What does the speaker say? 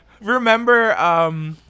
Remember